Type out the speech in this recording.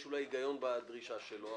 יש אולי היגיון בדרישה שלו,